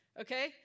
Okay